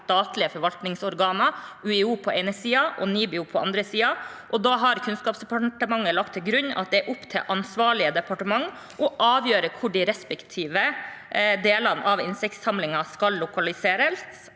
statlige forvaltningsorganer: UiO på den ene siden og NIBIO på den andre siden. Da har Kunnskapsdepartementet lagt til grunn at det er opp til ansvarlige departementer å avgjøre hvor de respektive delene av insektsamlingen skal lokaliseres,